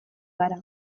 gara